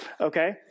okay